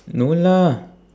no lah